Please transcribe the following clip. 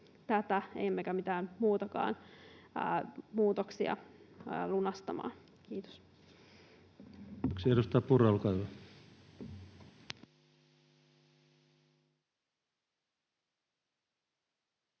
tätä emmekä mitään muitakaan muutoksia lunastamaan. — Kiitos.